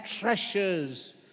treasures